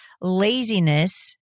laziness